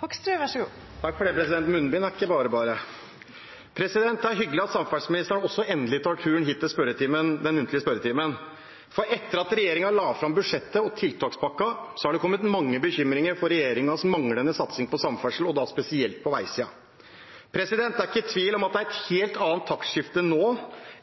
Det er hyggelig at samferdselsministeren også endelig tar turen hit til den muntlige spørretimen, for etter at regjeringen la fram budsjettet og tiltakspakken, har det kommet mange bekymringer for regjeringens manglende satsing på samferdsel, og da spesielt på veisiden. Det er ikke tvil om at det er et helt annet taktskifte nå